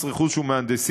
מס רכוש ומהנדסים.